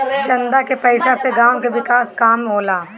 चंदा के पईसा से गांव के विकास के काम होला